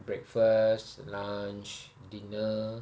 breakfast lunch dinner